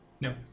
no